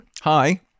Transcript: Hi